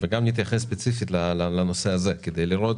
וגם נתייחס ספציפית לנושא הזה, כדי לראות